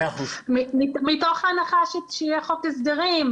מתוך הנחה שיהיה חוק הסדרים,